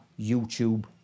YouTube